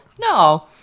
no